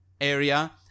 area